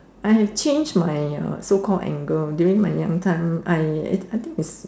I have changed my uh so called anger during my young time I think is